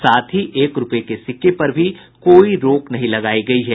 साथ ही एक रूपये के सिक्के पर भी कोई रोक नहीं लगायी गयी है